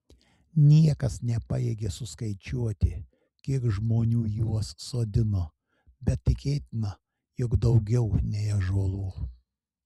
niekas nepajėgė suskaičiuoti kiek žmonių juos sodino bet tikėtina jog daugiau nei ąžuolų